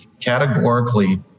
categorically